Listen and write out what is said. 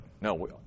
no